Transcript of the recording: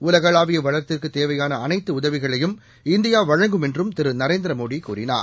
உலகளாவியவளத்திற்குத் தேவையானஅனைத்துஉதவிகளையும் இந்தியாவழங்கும் என்றும் திருநரேந்திரமோடிகூறினார்